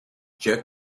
jerk